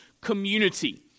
community